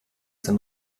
den